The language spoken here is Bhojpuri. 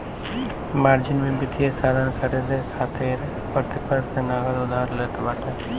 मार्जिन में वित्तीय साधन खरीदे खातिर प्रतिपक्ष से नगद उधार लेत बाटे